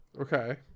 okay